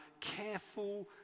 careful